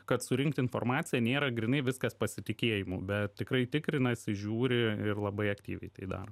kad surinkt informaciją nėra grynai viskas pasitikėjimu bet tikrai tikrinasi žiūri ir labai aktyviai tai daro